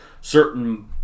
certain